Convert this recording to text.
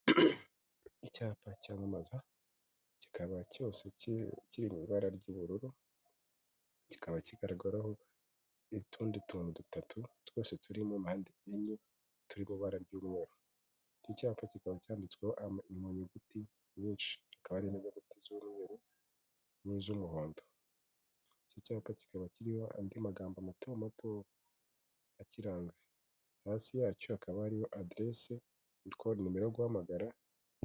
Icyapa cyamamaza, kikaba cyose kiri mu ibara ry'ubururu, kikaba kigaragaraho n'utundi tuntu dutatu twose turi mu mpande enye, turi mu ibara ry'umweru. Iki cyapa kikaba cyanditsweho mu nyuguti nyinshi, zikaba ari inyuguti z'umweru n'iz'umuhondo. iki cyapa kikaba kiriho andi magambo mato mato akiranga, hasi yacyo hakaba hariho aderesi, koru, nimero yo guhamagara...